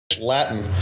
Latin